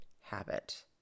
habit